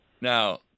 Now